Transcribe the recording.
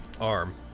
arm